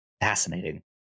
Fascinating